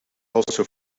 also